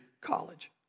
college